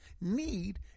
need